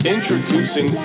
Introducing